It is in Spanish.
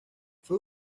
fue